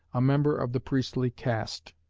a member of the priestly caste.